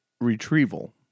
retrieval